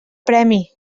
premi